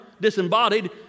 disembodied